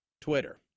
Twitter